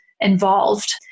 involved